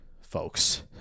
folks